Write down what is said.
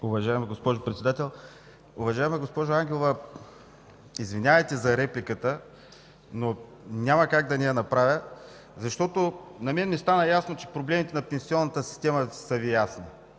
Уважаема госпожо Председател! Уважаема госпожо Ангелова, извинявайте за репликата, но няма как да не я направя, защото ми стана ясно, че проблемите на пенсионната система са Ви ясни